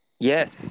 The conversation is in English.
Yes